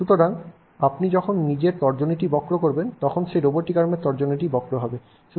সুতরাং আপনি যখন নিজের তর্জনীটি বক্র করবেন তখন সেই রোবোটিক আর্মের তর্জনীটি বক্র হবে